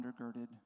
undergirded